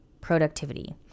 productivity